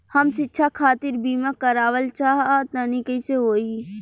हम शिक्षा खातिर बीमा करावल चाहऽ तनि कइसे होई?